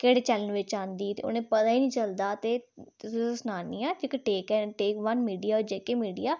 केह्ड़े चैनल बिच औंदी ते उ'नें ई पता निं चलदा ते तुसें ई सनान्नी आं कि टेक वन मीडिया ओह् जेह्की मीडिया